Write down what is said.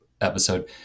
episode